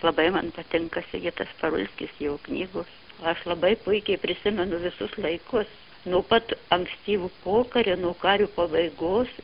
labai man patinka sigitas parulskis jo knygos aš labai puikiai prisimenu visus laikus nuo pat ankstyvo pokario nuo karo pabaigos